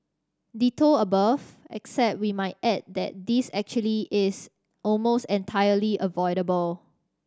ditto above except we might add that this actually is almost entirely avoidable